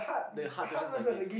the hard questions like this